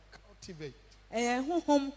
cultivate